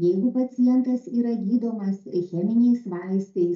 jeigu pacientas yra gydomas cheminiais vaistais